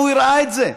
והוא הראה את זה.